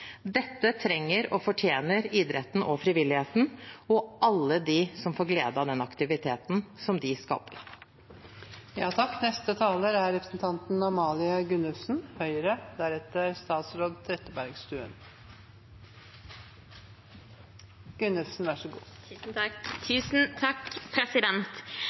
Dette trenger og fortjener idretten og frivilligheten og alle dem som får glede av den aktiviteten de skaper.